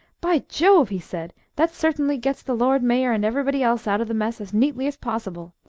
by jove! he said, that certainly gets the lord mayor and everybody else out of the mess as neatly as possible.